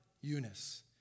Eunice